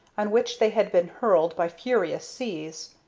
on which they had been hurled by furious seas.